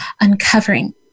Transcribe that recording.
uncovering